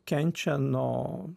kenčia nuo